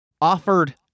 offered